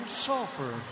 sulfur